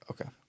Okay